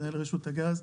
מנהל רשות הגז,